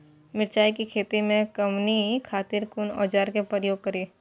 मिरचाई के खेती में कमनी खातिर कुन औजार के प्रयोग करी?